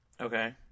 Okay